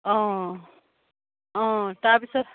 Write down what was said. অঁ অঁ তাৰপিছত